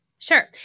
Sure